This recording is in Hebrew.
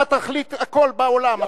אתה תחליט הכול בעולם,